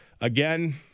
again